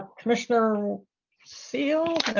commissioner seel.